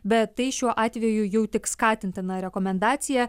bet tai šiuo atveju jau tik skatintina rekomendacija